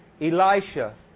Elisha